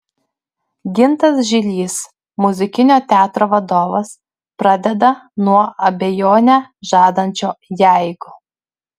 gintas žilys muzikinio teatro vadovas pradeda nuo abejonę žadančio jeigu